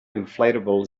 inflatable